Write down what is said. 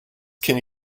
can